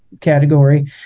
category